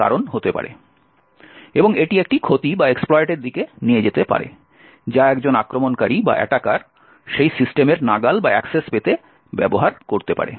এবং এটি একটি ক্ষতির দিকে নিয়ে যেতে পারে যা একজন আক্রমণকারী সেই সিস্টেমের নাগাল পেতে ব্যবহার করতে পারে